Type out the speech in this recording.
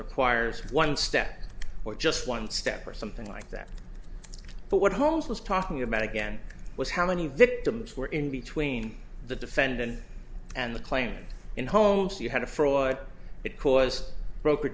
requires one step or just one step or something like that but what holmes was talking about again was how many victims were in between the defendant and the claimant in homes you had a fraud it caused broker